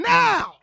now